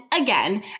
again